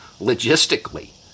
Logistically